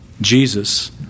Jesus